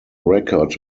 record